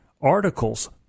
articles